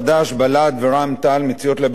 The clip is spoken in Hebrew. בל"ד ורע"ם-תע"ל מציעות להביע אי-אמון